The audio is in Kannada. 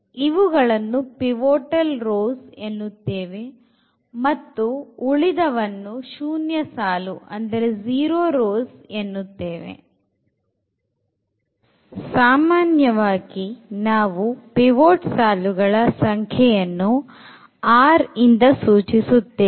ಇವುಗಳನ್ನು pivotal rows ಎನ್ನುತ್ತೇವೆ ಮತ್ತು ಉಳಿದವನ್ನು ಶೂನ್ಯ ಸಾಲುಗಳು ಎನ್ನುತ್ತೇವೆ ಸಾಮಾನ್ಯವಾಗಿ ನಾವು ಪಿವೊಟ್ ಸಾಲುಗಳ ಸಂಖ್ಯೆಯನ್ನು r ಇಂದ ಸೂಚಿಸುತ್ತೇವೆ